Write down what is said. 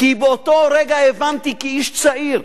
כי באותו רגע הבנתי, כאיש צעיר,